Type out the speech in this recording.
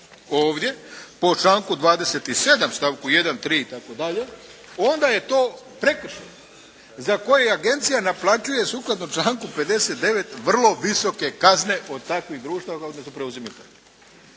ovdje po članku 27. stavku 1., 3. itd. onda je to prekršaj za koji agencija naplaćuje sukladno članku 59. vrlo visoke kazne od takvih društava … /Ne razumije